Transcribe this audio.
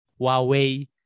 Huawei